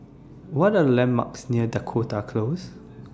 What Are landmarks near Dakota Close